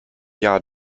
jahr